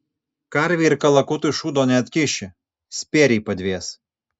karvei ir kalakutui šūdo neatkiši spėriai padvės